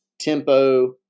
tempo